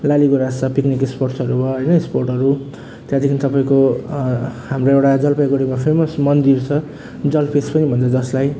लाली गुँरास छ पिक्निक स्पटस्हरू भयो होइन स्पटहरू त्यहाँदेखि तपाईँको हाम्रो एउटा जलपाइगुडीमा फेमस मन्दिर छ जल्पेस पनि भन्छ जसलाई